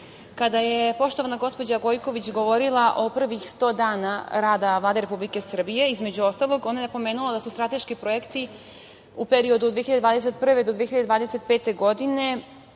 je poštovana gospođa Gojković govorila o prvih 100 dana rada Vlade Republike Srbije, između ostalog, ona je napomenula da su strateški projekti u periodu od 2021. do 2025. godine